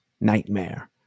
nightmare